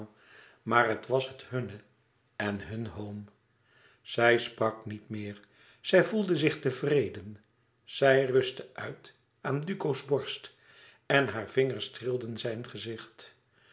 maar het was het hunne en hun home zij sprak niet meer zij voelde zich tevreden zij rustte uit aan duco's borst en hare vingers streelden zijn gezicht